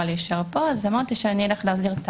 להישאר פה ואמרתי שאני אלך להסדיר את